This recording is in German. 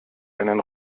einen